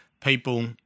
people